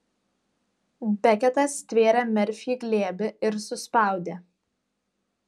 beketas stvėrė merfį į glėbį ir suspaudė